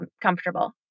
comfortable